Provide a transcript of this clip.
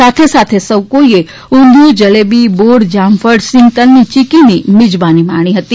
સાથે સાથે સો કોઈએ ઉંધીયું જલેબી બોર જામફળ સીંગ તલની ચિક્કીની મિજબાની માણી હતી